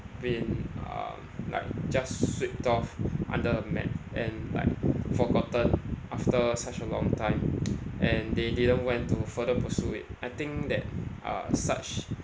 been um like just sweeped off under a mat and like forgotten after such a long time and they didn't went to further pursue it I think that uh such